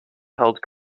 held